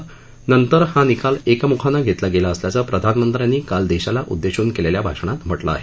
तसंच नंतर हा निकाल एकम्खानं घेतला गेला असल्याचं प्रधानमंत्र्यांनी काल देशाला उददेशून केलेल्या भाषणात म्हटलं आहे